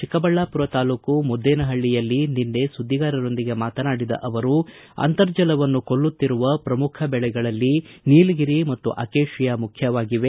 ಚಿಕ್ಕಬಳ್ಳಾಪುರ ತಾಲೂಕು ಮುದ್ದೇನಹಳ್ಳಿಯಲ್ಲಿ ನಿನ್ನೆ ಸುದ್ದಿಗಾರರೊಂದಿಗೆ ಮಾತನಾಡಿದ ಅವರು ಅಂರ್ತಜಲವನ್ನು ಕೊಲ್ಲುತ್ತಿರುವ ಶ್ರಮುಖ ಬೆಳೆಗಳಲ್ಲಿ ನೀಲಗಿರಿ ಮತ್ತು ಅಕೇಷಿಯಾ ಮುಖ್ಯವಾಗಿವೆ